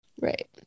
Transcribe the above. right